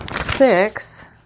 six